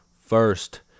First